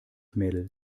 mädel